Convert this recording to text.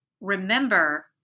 remember